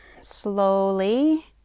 slowly